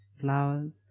flowers